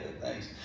thanks